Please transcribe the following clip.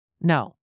No